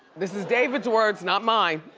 this is david's words, not mine.